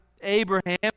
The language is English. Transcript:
Abraham